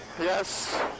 Yes